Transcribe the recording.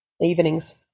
evenings